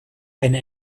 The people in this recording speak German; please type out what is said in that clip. eine